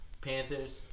Panthers